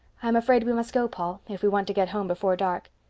i'm afraid we must go, paul, if we want to get home before dark.